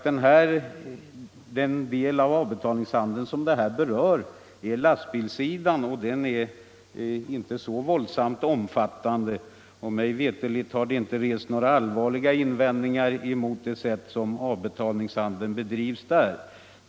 Den del av avbetalningshandeln som den här bestämmelsen berör är, som sagt, lastbilssidan, och den är inte så våldsamt omfattande. Mig veterligt har det inte rests några allvarliga invändningar mot det sätt på vilket avbetalningshandeln bedrivs inom denna sektor.